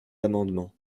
amendements